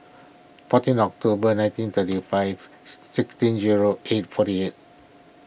fourteen October nineteen thirty five sixteen zero eight forty eight